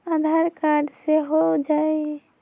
आधार card से हो जाइ?